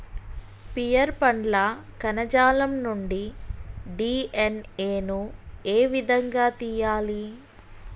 Pear పండ్ల కణజాలం నుండి డి.ఎన్.ఎ ను ఏ విధంగా తియ్యాలి?